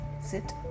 sit